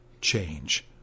change